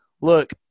Look